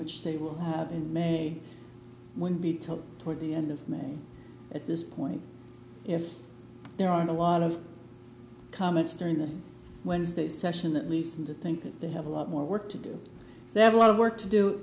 which they will have in may when we took toward the end of may at this point if there aren't a lot of comments during that wednesday's session at least to think that they have a lot more work to do they have a lot of work to do